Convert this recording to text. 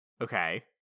Okay